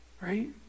right